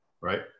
right